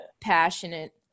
passionate